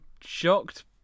shocked